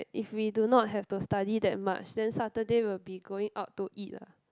if we do not have to study that much then Saturday we'll be going out to eat lah